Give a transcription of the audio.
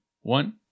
one